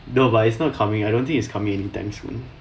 no but it's not coming I don't think it's coming anytime soon